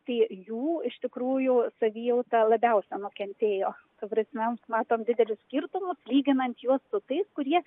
tai iš tikrųjų savijauta labiausia nukentėjo ta prasme matom didelius skirtumus lyginant juos su tais kurie